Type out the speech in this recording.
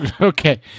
Okay